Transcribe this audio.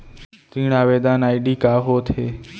ऋण आवेदन आई.डी का होत हे?